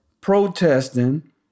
protesting